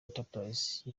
entreprise